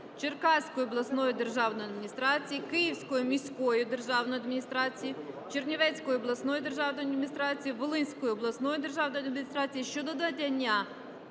Черкаської обласної державної адміністрації, Київської міської державної адміністрації, Чернівецької обласної державної адміністрації, Волинської обласної державної адміністрації щодо надання